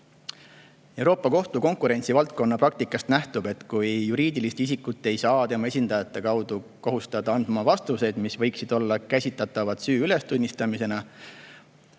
Euroopa Kohtu konkurentsivaldkonna praktikast nähtub, et kui juriidilist isikut ei saa tema esindajate kaudu kohustada andma vastuseid, mis võiksid olla käsitatavad süü ülestunnistamisena,